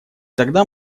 тогда